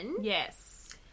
Yes